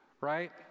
right